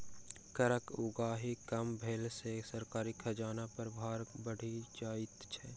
करक उगाही कम भेला सॅ सरकारी खजाना पर भार बढ़ि जाइत छै